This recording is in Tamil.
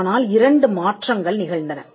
ஆனால் இரண்டு மாற்றங்கள் நிகழ்ந்தன